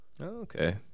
okay